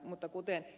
mutta kuten ed